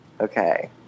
Okay